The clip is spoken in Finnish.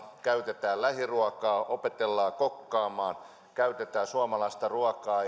käytetään lähiruokaa opetellaan kokkaamaan käytetään suomalaista ruokaa